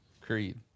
Creed